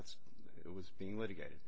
that's what was being litigated